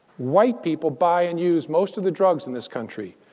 white people, buy and use most of the drugs in this country.